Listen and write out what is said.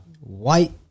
White